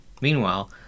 Meanwhile